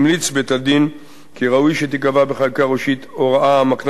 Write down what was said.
המליץ בית-הדין כי ראוי שתיקבע בחקיקה ראשית הוראה המקנה